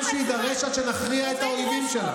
כמה זמן שיידרש עד שנכריע את האויבים שלנו.